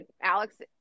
Alex